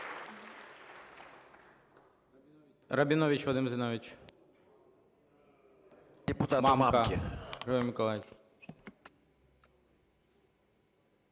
Дякую.